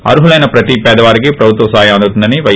అర్హులైన ప్రతి పేదవారికి ప్రభుత్వ సాయం అందుతుందని పై